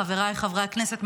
חבריי חברי הכנסת,